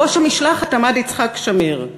בראש המשלחת עמד יצחק שמיר,